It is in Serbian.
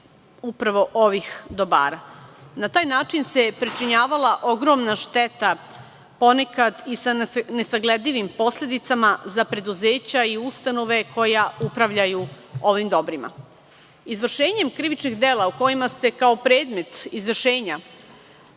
upravo ovih dobara. Na taj način se pričinjavala ogromna šteta, ponekad i sa nesagledivim posledicama za preduzeća i ustanove koje upravljaju ovim dobrima. Izvršenjem krivičnih dela u kojima se kao predmet izvršenja